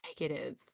negative